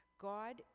God